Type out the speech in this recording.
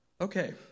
Okay